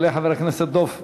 יעלה חבר הכנסת דב חנין.